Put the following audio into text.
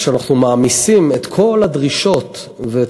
כשאנחנו מעמיסים את כל הדרישות ואת